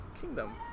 kingdom